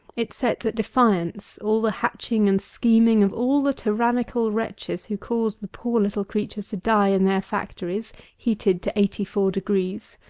it sets at defiance all the hatching and scheming of all the tyrannical wretches who cause the poor little creatures to die in their factories, heated to eighty-four degrees.